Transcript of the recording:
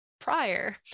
prior